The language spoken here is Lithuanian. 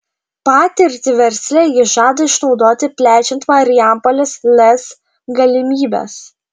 patirtį versle jis žada išnaudoti plečiant marijampolės lez galimybes